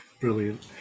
Brilliant